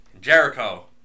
Jericho